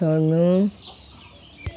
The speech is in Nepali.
छोड्नु